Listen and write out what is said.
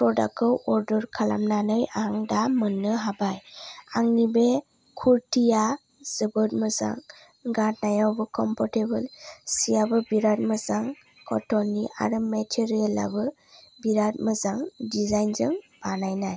प्रदाकखौ अर्दार खालामनानै आं दा मोन्नो हाबाय आंनि बे कुर्तिया जोबोर मोजां गान्नायावबो कम्फरटेबल सियाबो बिराद मोजां कटननि आरो मेटेरियेलाबो बिराद मोजां दिजाइनजों बानायनाय